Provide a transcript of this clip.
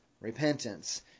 repentance